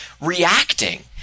reacting